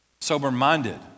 sober-minded